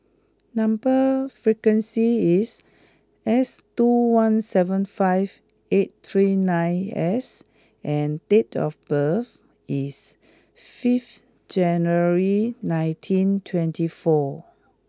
number sequence is S two one seven five eight three nine S and date of birth is fifth January nineteen twenty four